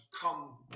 come